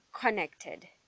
connected